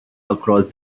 across